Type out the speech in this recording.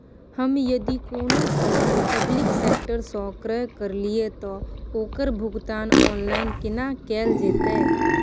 हम यदि कोनो सामान पब्लिक सेक्टर सं क्रय करलिए त ओकर भुगतान ऑनलाइन केना कैल जेतै?